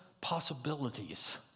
possibilities